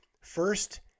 first